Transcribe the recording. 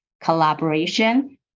collaboration